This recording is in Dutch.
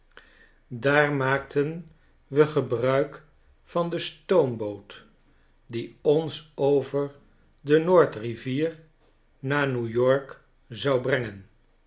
daar maakten we gebruik van de stoomboot die ons over de noordrivier naar n e w-y o r k zou brengen